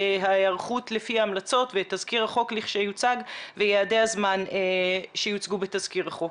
ההערכות לפי ההמלצות ותזכיר חוק לכשיוצג ויעדי הזמן שיוצגו בתזכיר החוק.